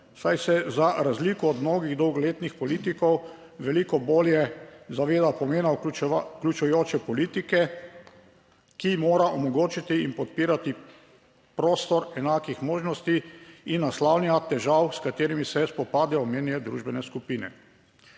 saj se za razliko od mnogih dolgoletnih politikov, veliko bolje zaveda pomena vključujoče politike, ki mora omogočiti in podpirati prostor enakih možnosti in naslavlja težav s katerimi se spopadajo omenjene družbene skupine.